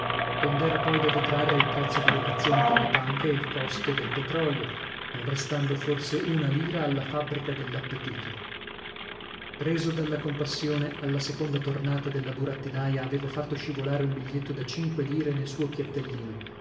lire dond'era poi da detrarre il prezzo di locazione delle panche e il costo del petrolio non restando forse una lira alla fabbrica dell'appetito preso dalla compassione alla seconda tornata della burattinaia avevo fatto scivolare un biglietto da cinque lire nel suo piattellino